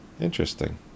Interesting